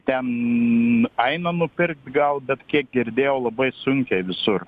ten eina nupirkt gal bet kiek girdėjau labai sunkiai visur